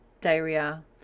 diarrhea